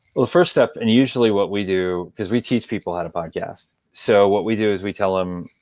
well, the first step, and usually what we do, is we teach people how to podcast. so what we do is we tell them,